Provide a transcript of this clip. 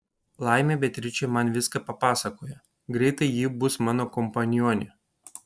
laimė beatričė man viską papasakoja greitai ji bus mano kompanionė